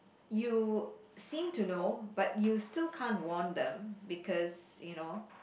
you seem to know but you still can't warn them because you know